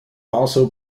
also